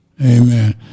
Amen